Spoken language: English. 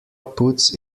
puts